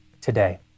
today